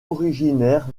originaire